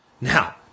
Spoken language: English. Now